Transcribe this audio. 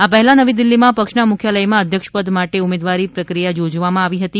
આ પહેલા નવી દિલ્ફીમાં પક્ષના મુખ્યાલયમાં અધ્યક્ષ પદ માટે ઉમેદવારી પ્રક્રિયા યોજવામાં આવી હતી